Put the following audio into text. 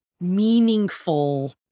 meaningful